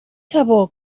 sabó